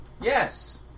Yes